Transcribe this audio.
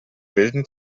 bilden